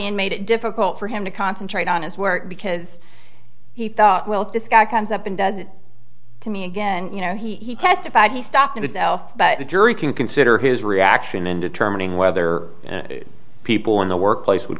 and made it difficult for him to concentrate on his work because he thought well this guy comes up and does it to me again you know he testified he stopped in itself but the jury can consider his reaction in determining whether people in the workplace would